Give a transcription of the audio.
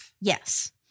Yes